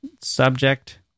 subject